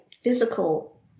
physical